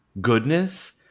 goodness